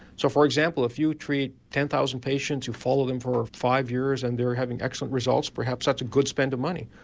so for example if you treat ten thousand patients, you follow them for five years and they are having excellent results, perhaps that's a good spend of money.